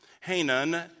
Hanan